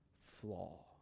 flaw